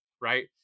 right